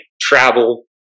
travel